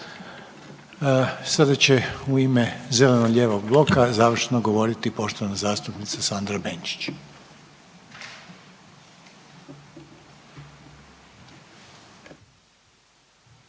Sada će u ime zeleno-lijevog bloka završno govoriti poštovana zastupnica Sandra Benčić.